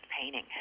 painting